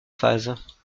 phases